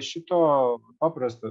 šito paprasto